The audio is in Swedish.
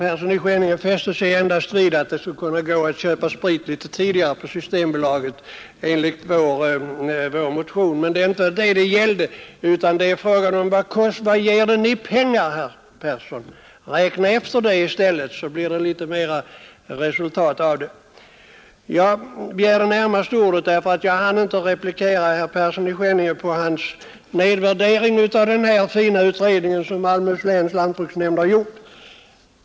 Ärade talman! Av innehållet i vår motion fäster sig herr Persson i Skänninge endast vid att man bör köpa sprit på Systembolaget litet tidigare än annars till jul. Men det är inte det frågan gäller utan i stället vad förslaget i vår motion ger i pengar, herr Persson i Skänninge. Räkna på det i stället! Jag begärde närmast ordet därför att jag i min förra replik inte hann bemöta herr Perssons i Skänninge nedvärdering av den utredning som Malmöhus läns lantbruksnämnd har gjort.